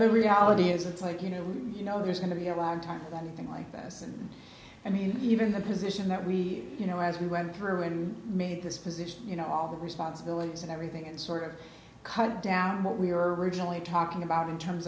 the reality is it's like you know you know there's going to be a lag time anything like this and i mean even the position that we you know as we went through and made this position you know all the responsibilities and everything and sort of cut down what we are originally talking about in terms